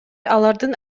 алардын